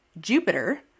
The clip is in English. Jupiter